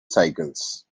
cycles